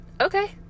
Okay